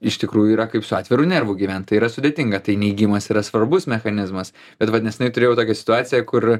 iš tikrųjų yra kaip su atviru nervu gyvent tai yra sudėtinga tai neigimas yra svarbus mechanizmas bet va neseniai turėjau tokią situaciją kur